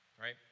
right